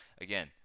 again